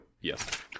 yes